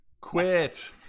Quit